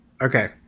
Okay